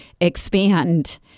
expand